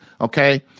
Okay